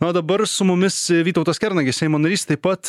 na o dabar su mumis vytautas kernagis seimo narys taip pat